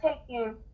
taking